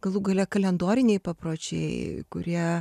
galų gale kalendoriniai papročiai kurie